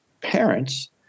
parents